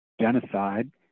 genocide